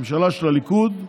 ממשלה של הליכוד.